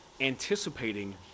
anticipating